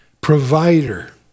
provider